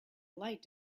light